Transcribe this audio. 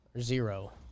Zero